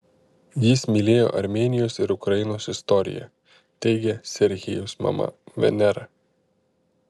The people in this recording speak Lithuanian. jis mylėjo armėnijos ir ukrainos istoriją teigia serhijaus mama venera